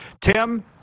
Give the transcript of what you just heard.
Tim